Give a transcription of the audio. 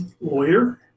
lawyer